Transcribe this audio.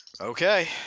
Okay